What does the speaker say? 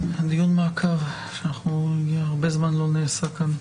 הדיון מעקב שהרבה זמן לא נעשה כאן.